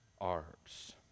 arts